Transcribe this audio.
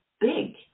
big